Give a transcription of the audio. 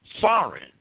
foreign